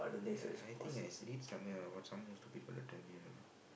uh I think I s~ read somewhere or some stupid fella tell me I don't know